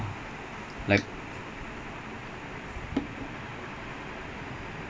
doing tamil parts is more worth right no